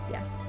Yes